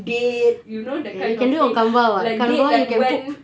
date you know that kind of thing like date that when